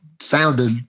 sounded